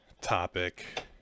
topic